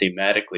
thematically